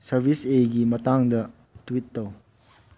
service ꯑꯦꯒꯤ ꯃꯇꯥꯡꯗ tweet ꯇꯧ